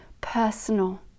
personal